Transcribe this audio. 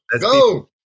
Go